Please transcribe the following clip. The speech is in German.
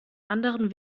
anderen